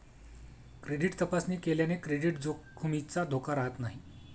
credit तपासणी केल्याने credit जोखमीचा धोका राहत नाही